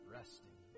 resting